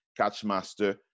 Catchmaster